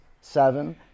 seven